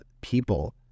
people